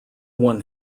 one